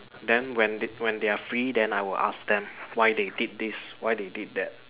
then when they when they are free then I will ask them why they did this why they did that